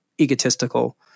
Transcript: egotistical